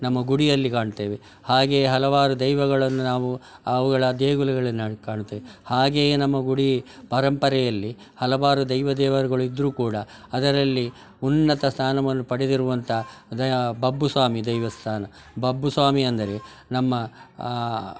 ನಮ್ಮ ಗುಡಿಯಲ್ಲಿ ಕಾಣ್ತೇವೆ ಹಾಗೆ ಹಲವಾರು ದೈವಗಳನ್ನು ನಾವು ಅವುಗಳ ದೇಗುಲಗಳನ್ನಾಗಿ ಕಾಣುತೇ ಹಾಗೆಯೇ ನಮ್ಮ ಗುಡಿ ಪರಂಪರೆಯಲ್ಲಿ ಹಲವಾರು ದೈವ ದೇವರುಗಳು ಇದ್ದರೂ ಕೂಡ ಅದರಲ್ಲಿ ಉನ್ನತ ಸ್ಥಾನಮಾನ ಪಡೆದಿರುವಂಥ ಬಬ್ಬು ಸ್ವಾಮಿ ದೈವ ಸ್ಥಾನ ಬಬ್ಬು ಸ್ವಾಮಿ ಅಂದರೆ ನಮ್ಮ